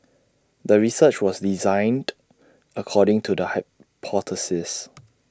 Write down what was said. the research was designed according to the hypothesis